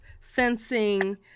fencing